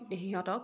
সিহঁতক